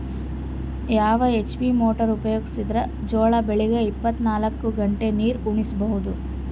ಯಾವ HP motor ಉಪಯೋಗಿಸಿದರ ಜೋಳ ಬೆಳಿಗ ಇಪ್ಪತ ನಾಲ್ಕು ಗಂಟೆ ನೀರಿ ಉಣಿಸ ಬಹುದು?